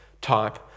type